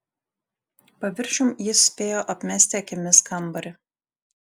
paviršium jis spėjo apmesti akimis kambarį